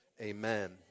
Amen